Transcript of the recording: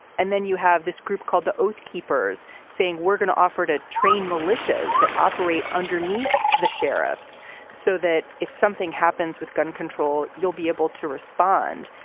and then you have this group called the oath keepers saying we're going to offer to train militias that operate underneath the sheriffs so that if something happens with gun control, you'll be able to respond.